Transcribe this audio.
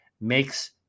makes